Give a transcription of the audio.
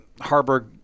Harburg